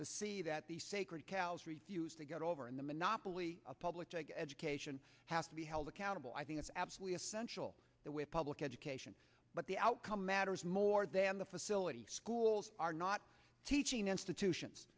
the see that the sacred cows refuse to get over in the monopoly of public education has to be held accountable i think it's absolutely essential that with public education but the outcome matters more than the facility schools are not teaching institutions